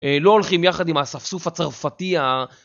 לא הולכים יחד עם האספסוף הצרפתי ה...